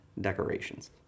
decorations